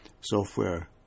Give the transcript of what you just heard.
software